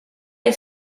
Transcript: est